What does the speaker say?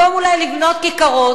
אז במקום אולי לבנות כיכרות,